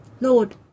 Lord